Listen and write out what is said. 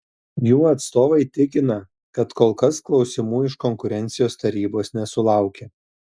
jų atstovai tikina kad kol kas klausimų iš konkurencijos tarybos nesulaukė